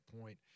point